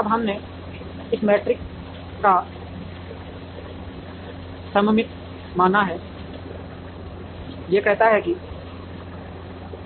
अब हमने इस मैट्रिक्स को सममित माना है यह कहता है कि